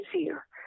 easier